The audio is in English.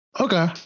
Okay